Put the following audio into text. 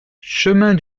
chemin